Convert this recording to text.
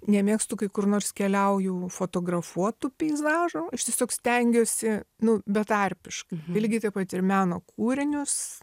nemėgstu kai kur nors keliauju fotografuotų peizažų aš tiesiog stengiuosi nu betarpiškai lygiai taip pat ir meno kūrinius